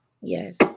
Yes